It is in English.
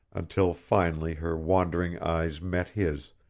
until finally her wandering eyes met his,